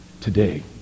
today